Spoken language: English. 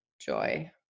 joy